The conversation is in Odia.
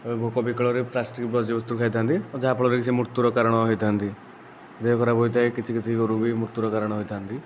ଭୋକ ବିକଳରେ ପ୍ଲାଷ୍ଟିକ୍ ବର୍ଜ୍ୟବସ୍ତୁ ଖାଇଥାଆନ୍ତି ଯାହାଫଳରେ କି ସେ ମୃତ୍ୟୁର କାରଣ ହୋଇଥାଆନ୍ତି ଦେହ ଖରାପ ହୋଇଥାଏ କିଛି କିଛି ଗୋରୁ ବି ମୃତ୍ୟୁର କାରଣ ହୋଇଥାଆନ୍ତି